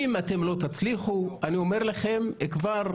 אם אתם לא תצליחו, אני אומר לכם כבר,